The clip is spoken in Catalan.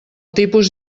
tipus